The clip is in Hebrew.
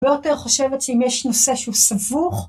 לא יותר חושבת שאם יש נושא שהוא סבוך